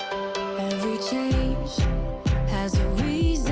change has a